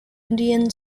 indian